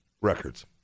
records